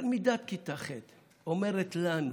תלמידת כיתה ח' אומרת לנו,